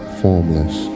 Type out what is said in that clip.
formless